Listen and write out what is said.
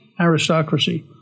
aristocracy